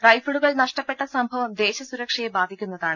റൈഫിളുകൾ നഷ്ടപ്പെട്ട സംഭവം ദേശസുരക്ഷയെ ബാധിക്കുന്നതാണ്